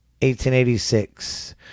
1886